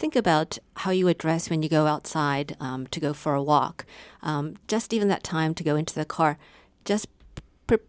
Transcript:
think about how you address when you go outside to go for a lock just even that time to go into the car just